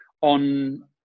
on